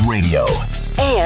Radio